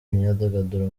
imyidagaduro